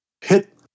hit